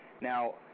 Now